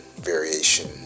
variation